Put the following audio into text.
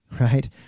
right